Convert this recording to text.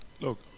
look